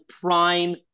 prime